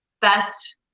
best